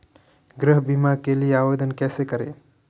गृह बीमा के लिए आवेदन कैसे करें?